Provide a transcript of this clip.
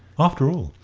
after all,